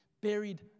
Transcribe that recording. buried